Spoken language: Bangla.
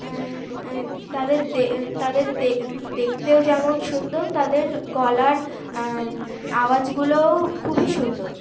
তাদের দে তাদের দে দেখতেও যেমন সুন্দর তাদের গলার আওয়াজগুলোও খুবই সুন্দর